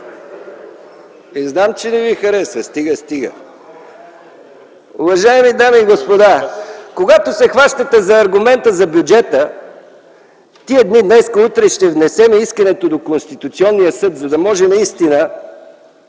Знам, че не ви харесва. Стига, стига! Уважаеми дами и господа, когато се хващате за аргумента за бюджета, тези дни, днес-утре ще внесем искането до Конституционния съд, за да може наистина